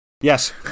Yes